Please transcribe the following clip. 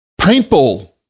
Paintball